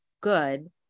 good